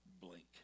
blink